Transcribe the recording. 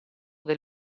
del